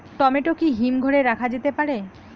Tomato কি হিমঘর এ রাখা যেতে পারে?